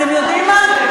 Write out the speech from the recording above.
אתם יודעים מה?